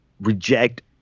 reject